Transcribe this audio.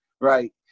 Right